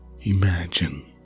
Imagine